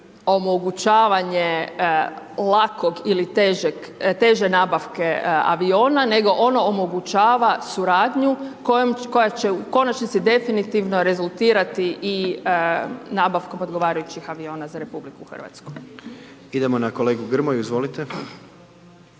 omogućavanje lakog ili teže nabavke aviona nego ono omogućava suradnju koja će u konačnici definitivno rezultirati i nabavkom odgovarajućih aviona za RH. **Jandroković, Gordan (HDZ)** Idemo na kolegu Grmoju, izvolite.